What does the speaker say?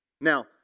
now